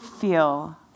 feel